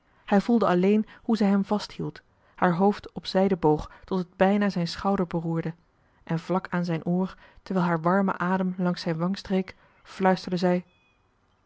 hij voelde alleen hoe zij hem vasthield haar hoofd op zijde boog tot het bijna zijn schouder beroerde en vlak aan zijn oor terwijl haar warme adem langs zijn wang streek fluisterde zij